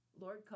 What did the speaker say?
Lord